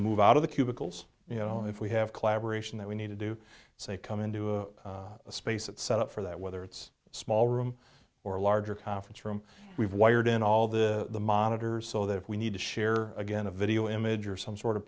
to move out of the cubicles you know if we have collaboration that we need to do so they come into a space it's set up for that whether it's a small room or larger conference room we've wired in all the monitors so that if we need to share again a video image or some sort of